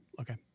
Okay